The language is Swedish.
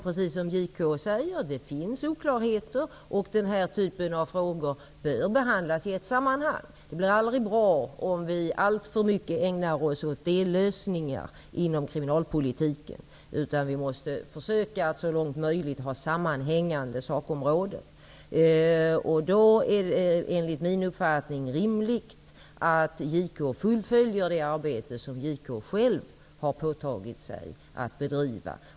Precis som JK säger finns det emellertid oklarheter, och den här typen av frågor bör behandlas i ett sammanhang. Det blir aldrig bra om vi alltför mycket ägnar oss åt dellösningar inom kriminalpolitiken, utan vi måste försöka att så långt möjligt ha sammanhängande sakområden. Då är det enligt min uppfattning rimligt att JK fullföljer det arbete som JK själv har påtagit sig att bedriva.